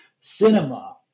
cinema